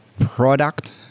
Product